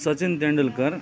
Sachin Tendulkar